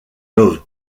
love